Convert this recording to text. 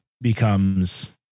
becomes